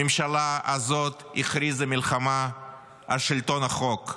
הממשלה הזאת הכריזה מלחמה על שלטון החוק,